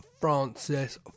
Francis